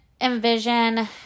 envision